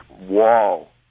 wall